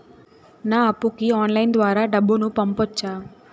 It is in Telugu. నా అప్పుకి ఆన్లైన్ ద్వారా డబ్బును పంపొచ్చా